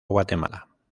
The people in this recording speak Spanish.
guatemala